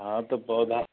हँ तऽ पौधा